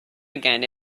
again